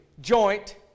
joint